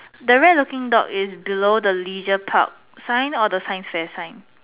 the rare looking dog is below the leisure park sign or the science fair sign